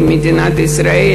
למדינת ישראל,